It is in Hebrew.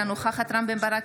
אינה נוכחת רם בן ברק,